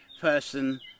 person